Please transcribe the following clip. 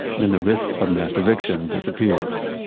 then the risk of mass eviction disappears